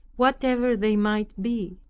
whatever they might be.